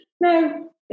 no